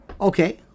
Okay